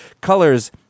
Colors